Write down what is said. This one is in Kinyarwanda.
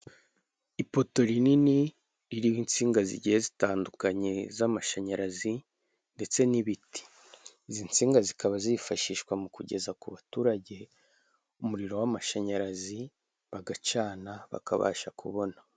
Ipoto rinini ririho insinga zigiye zitandukanye z'amashanyarazi, ndetse n'ibiti izi nsinga zikaba zifashishwa mu kugeza ku baturage umuriro w'amashanyarazi, bagacana bakabasha kubona.